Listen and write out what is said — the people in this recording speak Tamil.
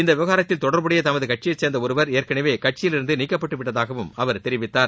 இந்த விவகாரத்தில் தொடர்புடைய தமது கட்சியைச் சேர்ந்த ஒருவர் ஏற்கனவே கட்சியிலிருந்து நீக்கப்பட்டு விட்டதாகவும் அவர் தெரிவித்தார்